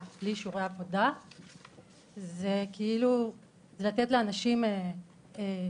בלי אישורי עבודה זה לתת לאנשים להיות,